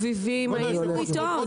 ובאביבים, היינו אתו.